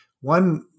one